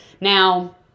now